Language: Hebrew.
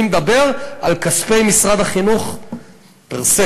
אני מדבר על כספי משרד החינוך פר-סה.